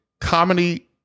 comedy